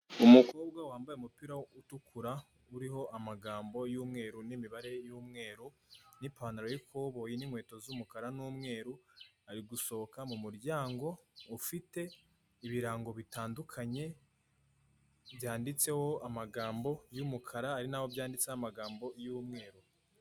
Umukobwa wambaye umupira utukura uriho amagambo y'umweru n'imibare y'umweru n'ipantaro y'ikoboyi n'inkweto z'umukara n'umweru, ari gusohoka mumuryango ufite ibirango bitandukanye byanditseho amagambo y'umukara hari naho byanditseho amagambo y'umweru.